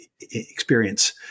experience